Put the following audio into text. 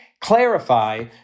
clarify